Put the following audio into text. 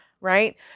Right